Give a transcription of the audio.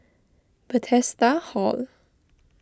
Bethesda Hall